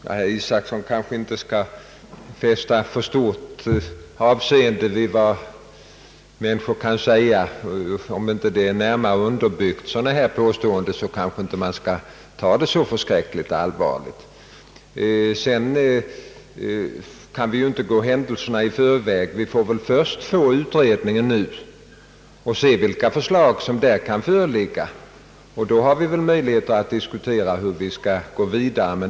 Herr talman! Herr Isacson kanske inte skall fästa så stort avseende vid vad som sägs och inte ta så förskräckligt allvarligt på sådana yttranden, om de inte är närmare underbyggda. Vi skall inte heller gå händelserna i förväg, utan bör först vänta på utredningen och se vilka förslag den kommer fram till. Därefter har vi möjligheter att diskutera hur vi skall agera vidare.